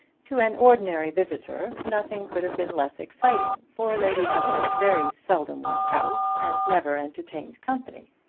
to an ordinary visitor nothing could have been less exciting, for lady ushant very seldom went out and never entertained company.